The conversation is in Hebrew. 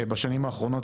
בשנים האחרונות,